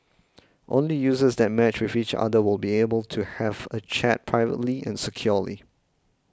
only users that matched with each other will be able to have a chat privately and securely